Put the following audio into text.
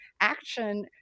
action